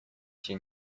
się